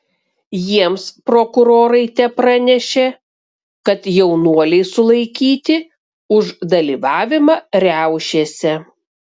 jiems prokurorai tepranešė kad jaunuoliai sulaikyti už dalyvavimą riaušėse